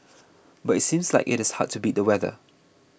but it seems like it is hard to beat the weather